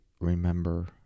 remember